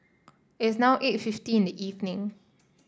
it's now eight fifty in the evening